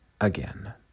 again